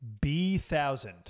B-thousand